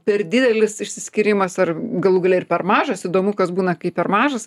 per didelis išsiskyrimas ar galų gale ir per mažas įdomu kas būna kai per mažas